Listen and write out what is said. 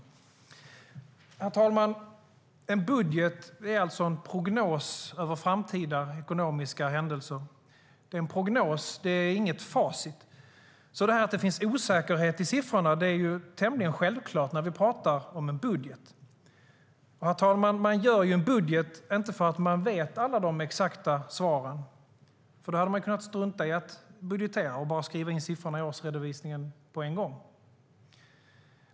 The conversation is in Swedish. Herr talman! En budget är alltså en prognos över framtida ekonomiska händelser. Det är en prognos; det är inget facit. Det här att det finns osäkerhet i siffrorna är därför tämligen självklart när vi talar om en budget. Herr talman! Man gör inte en budget för att man vet alla de exakta svaren - då hade man ju kunnat strunta i att budgetera och bara skriva in siffrorna i årsredovisningen på en gång.